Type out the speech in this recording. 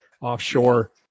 Offshore